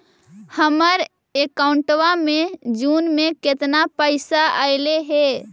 हमर अकाउँटवा मे जून में केतना पैसा अईले हे?